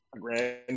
grand